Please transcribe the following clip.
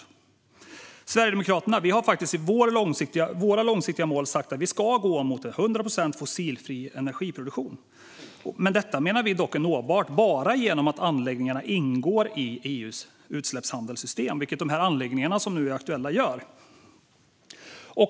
Vi sverigedemokrater har i våra långsiktiga mål sagt att vi ska gå mot en 100 procent fossilfri energiproduktion. Detta menar vi dock är nåbart bara genom att anläggningarna ingår i EU:s utsläppshandelssystem, vilket de anläggningar som nu är aktuella gör.